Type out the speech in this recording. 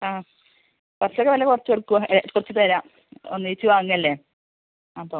ആ കുറച്ചൊക്കെ വില കുറച്ച് കൊടുക്കും കുറച്ച് തരാം ഒന്നിച്ച് വാങ്ങുവല്ലേ അപ്പം